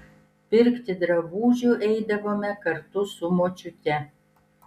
pirkti drabužių eidavome kartu su močiute